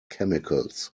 chemicals